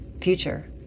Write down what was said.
future